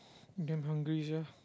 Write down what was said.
damn hungry sia